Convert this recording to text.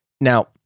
Now